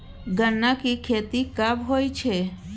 गन्ना की खेती कब होय छै?